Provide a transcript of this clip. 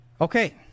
Okay